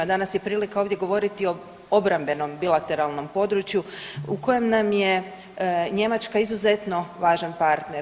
Danas je prilika ovdje govoriti o obrambenom bilateralnom području, u kojem nam je Njemačka izuzetno važan partner.